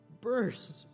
burst